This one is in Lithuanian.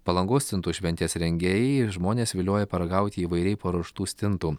palangos stintų šventės rengėjai žmones vilioja paragauti įvairiai paruoštų stintų